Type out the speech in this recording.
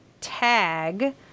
tag